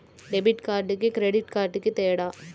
Debit కార్డుకి credit కార్డుకి తేడా?